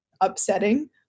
upsetting